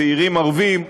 צעירים ערבים,